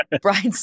Brian